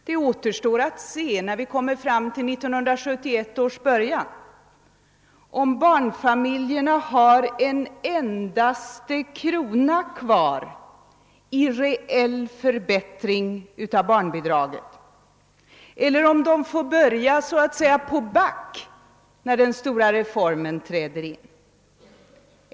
Det återstår att se när vi kommer fram till 1971 års början, om barnfamiljerna har en endaste krona kvar i reell förbättring av barnbidragen eller om de så att säga får börja på back när den stora reformen träder i kraft.